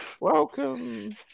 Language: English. Welcome